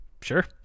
Sure